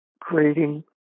creating